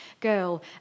girl